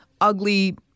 ugly